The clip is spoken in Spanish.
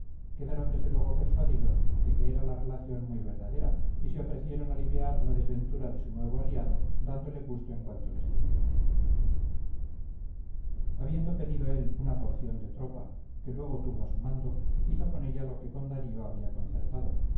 quedaron desde luego persuadidos de que era la relación muy verdadera y se ofrecieron aliviar la desventura de su nuevo aliado dándole gusto en cuanto les pidiera habiendo pedido él una porción de tropa que luego tuvo a su mando hizo con ella lo que con darío había concertado